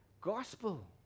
gospel